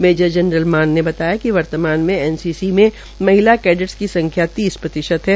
major general Mann ने बताया कि वर्तमान में एनसीसी में महिला कैडेटस की संख्या तीस प्रतिशत है